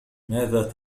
ماذا